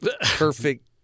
perfect